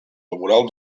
laboral